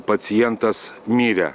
pacientas mirė